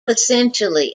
essentially